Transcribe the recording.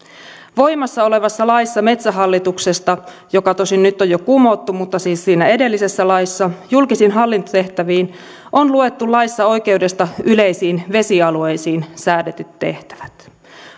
voimassa olevassa laissa metsähallituksesta joka tosin nyt on jo kumottu mutta siis siinä edellisessä laissa julkisiin hallintotehtäviin on luettu laissa oikeudesta yleisiin vesialueisiin säädetyt tehtävät